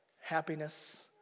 happiness